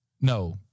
No